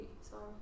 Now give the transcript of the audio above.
sorry